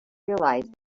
realise